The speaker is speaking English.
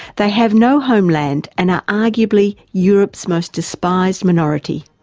they have no homeland and are arguably europe's most despised minority,